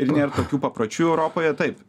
ir nėr tokių papročių europoje taip